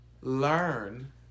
learn